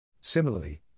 Similarly